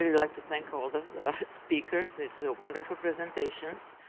like to thank all the speakers. this is wonderful presentations.